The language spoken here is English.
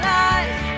life